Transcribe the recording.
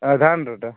ଆଉ ଧାନ୍ରଟା